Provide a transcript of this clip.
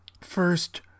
first